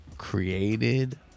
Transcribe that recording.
Created